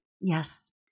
Yes